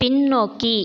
பின்னோக்கி